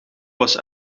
was